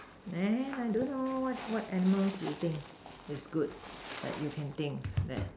there I don't know what what animals do you think is good that you can think that